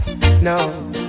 No